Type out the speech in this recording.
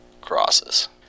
crosses